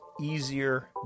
easier